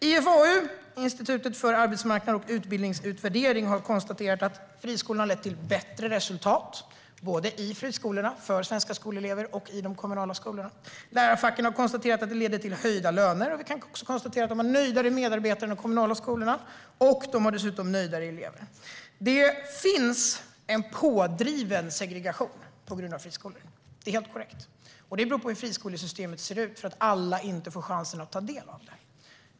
IFAU, Institutet för arbetsmarknads och utbildningspolitisk utvärdering, har konstaterat att friskolorna har lett till bättre resultat i friskolorna, för svenska skolelever och i de kommunala skolorna. Lärarfacken har konstaterat att de leder till höjda löner. Vi kan också konstatera att de har nöjdare medarbetare än de kommunala skolorna, och de har dessutom nöjdare elever. Det är helt korrekt att det finns en pådriven segregation på grund av friskolor. Det beror på hur friskolesystemet ser ut eftersom alla inte får chansen att ta del av det.